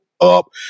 up